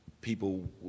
people